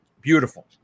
Beautiful